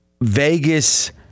Vegas